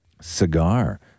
cigar